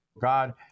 God